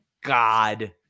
God